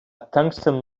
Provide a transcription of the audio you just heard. tungsten